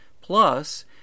Plus